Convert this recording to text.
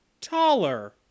taller